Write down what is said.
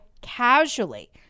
casually